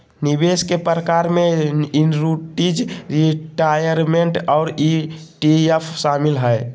निवेश के प्रकार में एन्नुटीज, रिटायरमेंट और ई.टी.एफ शामिल हय